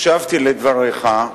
הקשבתי לדבריך,